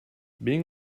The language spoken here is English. being